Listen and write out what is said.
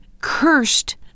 cursed